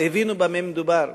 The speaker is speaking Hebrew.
אבל הבינו במה מדובר,